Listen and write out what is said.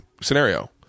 scenario